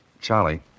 Charlie